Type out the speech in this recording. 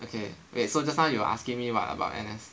okay wait so just now you were asking me what about N_S